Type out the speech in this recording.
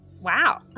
wow